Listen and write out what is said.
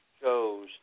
shows